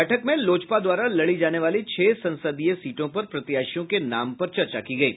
बैठक में लोजपा द्वारा लड़ी जाने वाली छह संसदीय सीटों पर प्रत्याशियों के नाम पर चर्चा की गयी